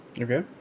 okay